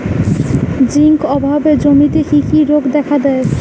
Zinc অভাবে জমিতে কি কি রোগ দেখাদেয়?